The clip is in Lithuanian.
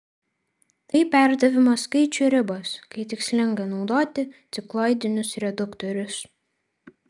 tai perdavimo skaičių ribos kai tikslinga naudoti cikloidinius reduktorius